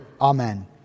Amen